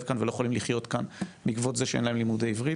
כאן ולא יכולים לחיות כאן בעקבות זה שאין להם לימודי עברית.